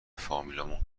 فامیلامونم